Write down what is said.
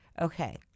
okay